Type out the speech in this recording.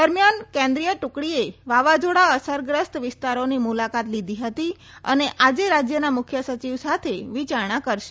દરમિયાન કેન્દ્રીય ટુકડીએ વાવાઝોડા અસરગ્રસ્ત વિસ્તારોની મુલાકાત લીધી હતી અને આજે રાજ્યના મુખ્યસચિવ સાથે વિચારણા કરશે